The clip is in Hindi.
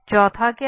चौथा क्या है